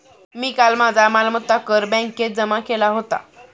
मी काल माझा मालमत्ता कर बँकेत जमा केला होता